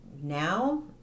now